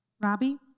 Robbie